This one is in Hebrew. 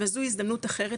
אבל זו הזדמנות אחרת,